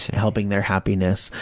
helping their happiness,